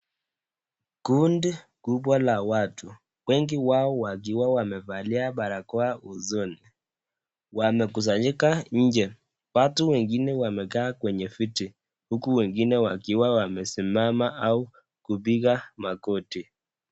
Kundi kubwa la watu wengi wao wakiwa wamevalia barakoa usoni wamekusanyika nje. Watu wengine wamekaa kwenye viti huku wengine wakiwa wamesimama au kupiga magoti.